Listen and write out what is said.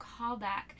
callback